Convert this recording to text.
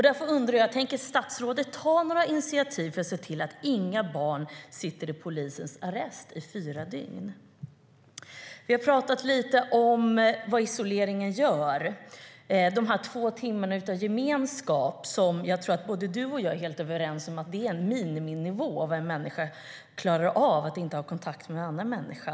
Därför undrar jag: Tänker statsrådet ta några initiativ för att se till att inga barn sitter i polisens arrest i fyra dygn? Vi har talat lite om vad isoleringen gör. Jag tror att vi är överens om, du och jag, att de två timmarna av gemenskap är en miniminivå för vad en människa klarar av när det gäller att inte ha kontakt med en annan människa.